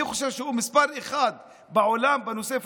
אני חושב שהוא מס' אחת בעולם בנושא הפשיזם,